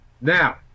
Now